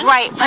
Right